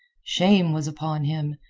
shame was upon him,